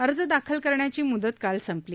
अर्ज दाखल करण्याची मुदत काल संपली